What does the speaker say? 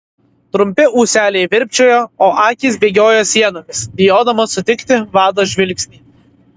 trumpi ūseliai virpčiojo o akys bėgiojo sienomis bijodamos sutikti vado žvilgsnį